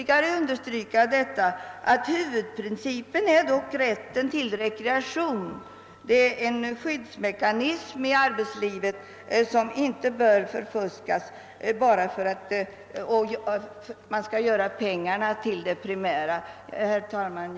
Jag vill dock understryka att lagens huvudprincip är rätten till rekreation. Detta är en skyddsmekanism i arbetslivet som inte bör fuskas bort enbart genom att pengarna skall komma att utgöra det primära. Herr talman!